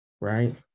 right